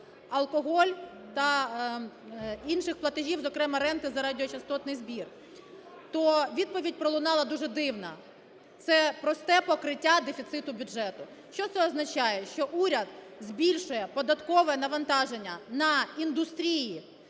алкоголь та інших платежів, зокрема, ренти за радіочастотний збір. То відповідь пролунала дуже дивна: це просте покриття дефіциту бюджету. Що це означає? Що уряд збільшує податкове навантаження на індустрії,